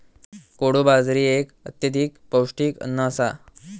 कोडो बाजरी एक अत्यधिक पौष्टिक अन्न आसा